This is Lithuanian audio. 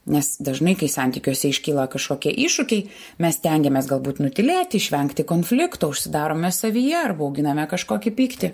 nes dažnai kai santykiuose iškyla kažkokie iššūkiai mes stengiamės galbūt nutylėti išvengti konflikto užsidarome savyje arba auginame kažkokį pyktį